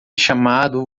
chamado